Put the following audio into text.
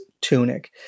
tunic